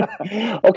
Okay